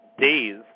days